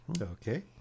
okay